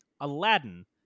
Aladdin